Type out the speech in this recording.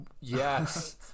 Yes